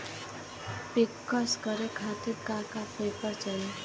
पिक्कस करे खातिर का का पेपर चाही?